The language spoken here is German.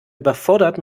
überfordert